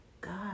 God